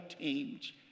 teams